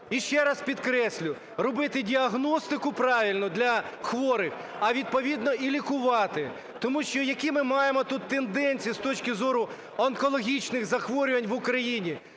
і, ще раз підкреслю, робити діагностику правильну для хворих, а відповідно і лікувати. Тому що, які ми маємо тут тенденції з точки зору онкологічних захворювань в Україні,